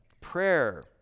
Prayer